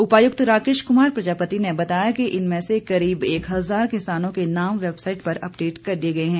उपायुक्त राकेश कुमार प्रजापति ने बताया कि इनमें से करीब एक हजार किसानों के नाम वैबसाईट पर अपडेट कर दिए गए हैं